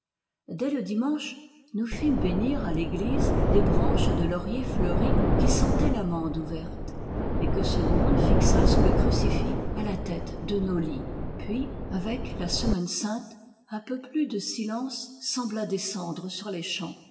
dès le dimanche nous fîmes bénir à l'église des branches de laurier fleuri qui sentaient l'amande ouverte et que segonde fixa sous le crucifix à la tête de nos lits puis avec la semaine sainte peu plus dç silence sembla descendre sur les champs